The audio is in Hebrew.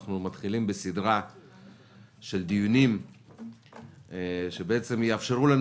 אנחנו מתחילים בסדרה של דיונים שיאפשרו לנו